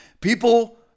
People